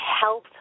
health